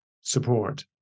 support